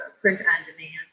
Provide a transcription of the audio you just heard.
print-on-demand